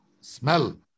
smell